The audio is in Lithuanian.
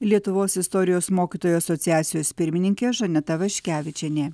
lietuvos istorijos mokytojų asociacijos pirmininkė žaneta vaškevičienė